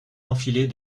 enfilez